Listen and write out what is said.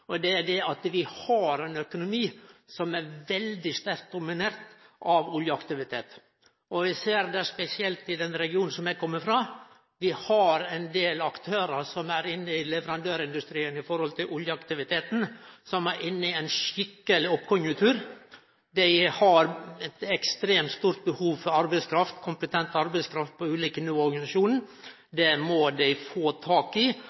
at vi har ein økonomi som er veldig sterkt dominert av oljeaktivitet. Eg ser det spesielt i den regionen som eg kjem frå. Vi har ein del aktørar som er inne i leverandørindustrien når det gjeld oljeaktiviteten, som er inne i ein skikkeleg oppkonjunktur. Dei har eit ekstremt stort behov for kompetent arbeidskraft på ulike nivå i organisasjonen. Dei må dei få tak i.